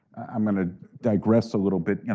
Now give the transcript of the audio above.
i'm going to digress a little bit, you know,